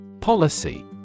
Policy